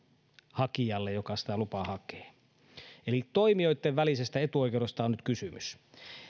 hakijalle joka sitä lupaa hakee eli toimijoitten välisestä etuoikeudesta on nyt kysymys